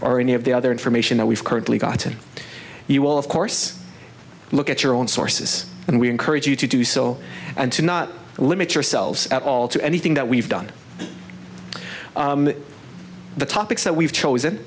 or any of the other information that we've currently got and you will of course look at your own sources and we encourage you to do so and to not limit yourselves at all to anything that we've done the topics that we've chosen